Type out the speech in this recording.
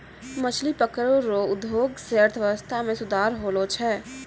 मछली पकड़ै रो उद्योग से अर्थव्यबस्था मे सुधार होलो छै